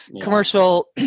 commercial